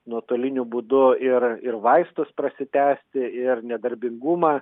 nuotoliniu būdu ir ir vaistus prasitęsti ir nedarbingumą